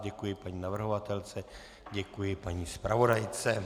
Děkuji paní navrhovatelce, děkuji paní zpravodajce.